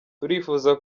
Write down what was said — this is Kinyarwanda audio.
turifuza